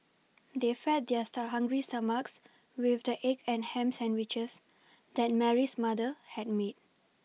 they fed their stuck hungry stomachs with the egg and ham sandwiches that Mary's mother had made